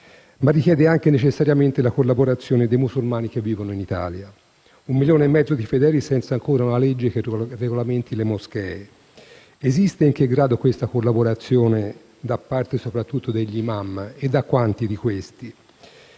ma richiede anche e necessariamente la collaborazione dei musulmani che vivono in Italia, un milione e mezzo di fedeli ancora senza una legge che regolamenti le moschee. Esiste, e in che grado, questa collaborazione da parte soprattutto degli *imam* e da quanti di questi?